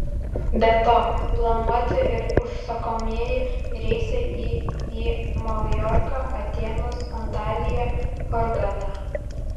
be to planuoti ir užsakomieji reisai į į maljorką atėnus antaliją hurgadą